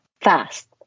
fast